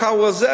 מחר הוא עוזב,